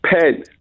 Pen